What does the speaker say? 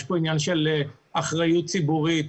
יש פה עניין של אחריות ציבורית.